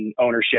ownership